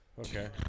Okay